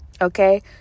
Okay